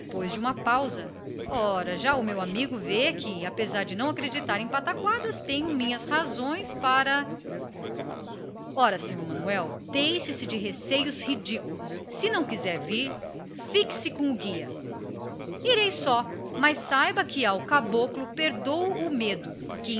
depois de uma pausa ora já vê o meu amigo que apesar de não acreditar em almas do outro mundo tenho as minhas razões para raimundo procurava disfarçar a preocupação em que o punham as palavras de manuel e declarou que se este não estava disposto a ir a são brás que se ficasse com o guia ele iria só mas saiba disse que ao caboclo perdôo o medo porque